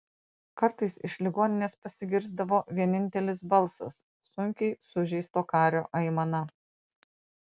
kartais iš ligoninės pasigirsdavo vienintelis balsas sunkiai sužeisto kario aimana